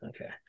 okay